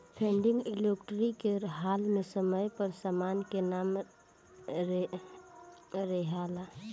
funding liquidity के हाल में समय पर समान के ना रेहला